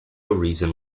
reason